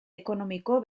ekonomiko